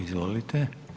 Izvolite.